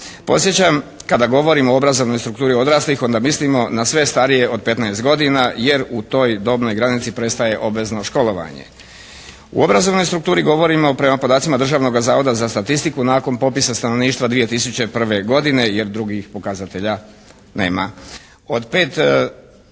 Podsjećam kada govorim o obrazovnoj strukturi odraslih onda mislimo na sve starije od 15 godina jer u toj dobnoj granici prestaje obvezno školovanje. U obrazovnoj strukturi govorimo prema podacima Državnog zavoda za statistiku nakon popisa stanovništva 2001. godine jer drugih pokazatelja nema.